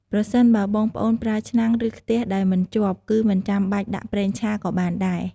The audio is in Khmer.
ប្រសិនបើបងប្អូន ប្រើឆ្នាំង ឬ ខ្ទិះដែលមិនជាប់ គឺមិនចាំបាច់ដាក់ប្រេងឆាក៏បានដែរ។